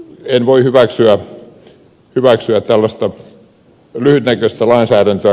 en voi hyväksyä tällaista lyhytnäköistä lainsäädäntöä